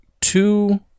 two